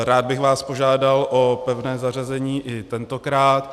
Rád bych vás požádal o pevné zařazení i tentokrát.